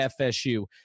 fsu